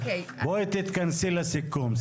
בואי תתכנסי לסיכום.